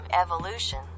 Evolution